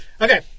Okay